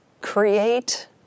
create